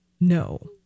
No